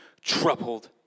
troubled